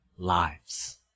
lives